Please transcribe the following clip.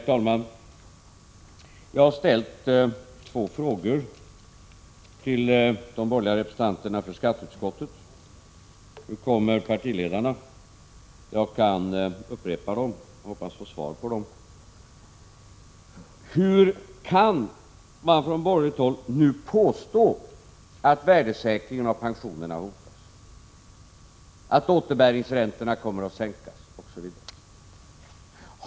Slutligen: Jag har ställt två frågor till de borgerliga representanterna för skatteutskottet. Partiledarna skall nu delta i debatten. Jag upprepar mina frågor och hoppas få svar på dem senare. Hur kan man från borgerligt håll påstå att värdesäkringen av pensionerna hotas, att återbäringsräntorna kommer att sänkas, osv.?